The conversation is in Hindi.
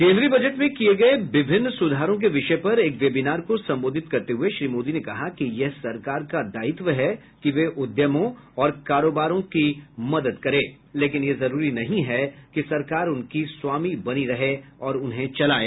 केन्द्रीय बजट में किये गये विभिन्न सुधारों के विषय पर एक वेबिनार को संबोधित करते हुए श्री मोदी ने कहा कि यह सरकार का दायित्व है कि वह उद्यमों और कारोबारों की मदद करे लेकिन यह जरूरी नहीं है कि सरकार उनकी स्वामी बनी रहे और उन्हें चलाये